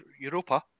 Europa